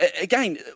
again